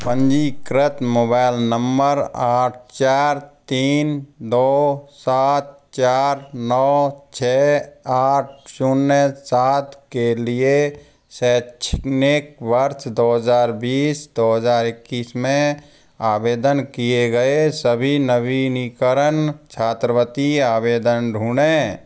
पंजीकृत mobile number आठ चार तीन दो सात चार नौ छः आठ शून्य सात के लिए शैक्षणिक वर्ष दो हज़ार बीस दो हज़ार इक्कीस में आवेदन किए गए सभी नवीनीकरण छात्रवृत्ति आवेदन ढूँढें